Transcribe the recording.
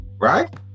right